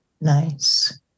Nice